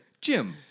Jim